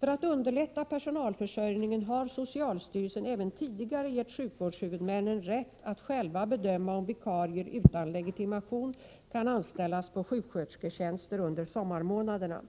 För att underlätta personalförsörjningen har socialstyrelsen även tidigare gett sjukvårdshuvudmännen rätt att själva bedöma om vikarier utan legitimation kan anställas på sjukskötersketjänster under sommarmånaderna.